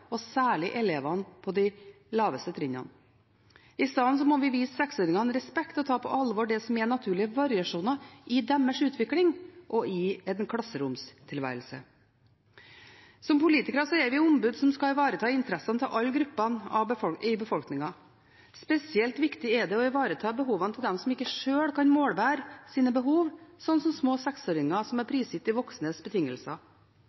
og særlig elevene på de laveste trinnene. I stedet må vi vise seksåringene respekt og ta på alvor det som er naturlige variasjoner i deres utvikling og i en klasseromstilværelse. Som politikere er vi ombud som skal ivareta interessene til alle grupper i befolkningen. Spesielt er det viktig å ivareta behovene til dem som ikke sjøl kan målbære sine behov, slik som små seksåringer, som er prisgitt de voksnes betingelser.